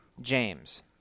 james